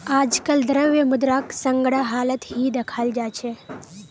आजकल द्रव्य मुद्राक संग्रहालत ही दखाल जा छे